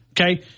Okay